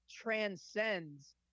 transcends